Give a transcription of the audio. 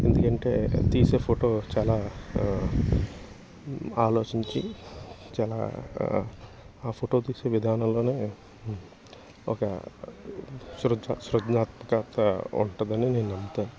ఎందుకంటే తీసే ఫోటో చాలా ఆలోచించి చాలా ఆ ఫోటో తీసే విధానంలోనే ఒక సృ సృజనాత్మకత ఉంటుందని నేను నమ్ముతాను